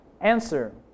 answer